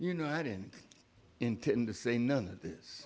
you know i didn't intend to say none of this